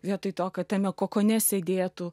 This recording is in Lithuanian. vietoj to kad tame kokone sėdėtų